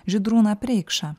žydrūną preikšą